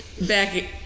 Back